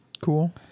Cool